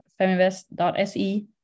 Feminvest.se